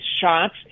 shots